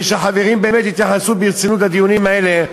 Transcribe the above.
ושהחברים באמת יתייחסו ברצינות לדיונים האלה,